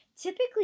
Typically